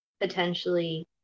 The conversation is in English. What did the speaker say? potentially